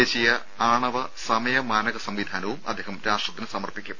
ദേശീയ ആണവ സമയ മാനക സംവിധാനവും അദ്ദേഹം രാഷ്ട്രത്തിന് സമർപ്പിക്കും